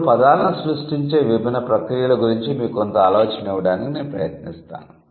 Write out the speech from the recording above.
ఇప్పుడు పదాలను సృష్టించే విభిన్న ప్రక్రియల గురించి మీకు కొంత ఆలోచన ఇవ్వడానికి నేను ప్రయత్నిస్తాను